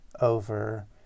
over